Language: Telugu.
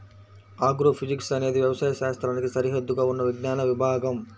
ఆగ్రోఫిజిక్స్ అనేది వ్యవసాయ శాస్త్రానికి సరిహద్దుగా ఉన్న విజ్ఞాన విభాగం